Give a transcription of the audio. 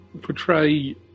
portray